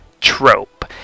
trope